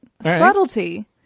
Subtlety